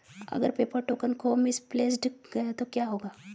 अगर paper token खो misplaced गया तो क्या होगा?